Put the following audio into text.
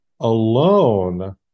Alone